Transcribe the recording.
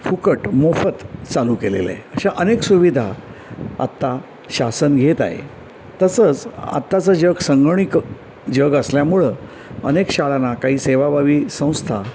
फुकट मोफत चालू केलेलं आहे अशा अनेक सुविधा आत्ता शासन घेत आहे तसंच आत्ताचं जग संगणीक जग असल्यामुळं अनेक शाळांना काही सेवाभावी संस्था